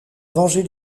venger